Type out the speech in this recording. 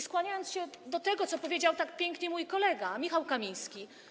Skłaniam się do tego, co powiedział tak pięknie mój kolega Michał Kamiński.